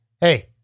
Hey